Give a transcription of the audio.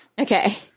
Okay